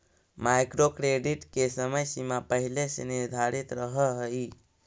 micro credit के समय सीमा पहिले से निर्धारित रहऽ हई